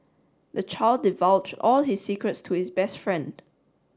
the child divulge all his secrets to his best friend